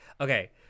Okay